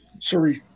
Sharif